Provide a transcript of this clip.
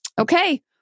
okay